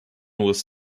was